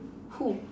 who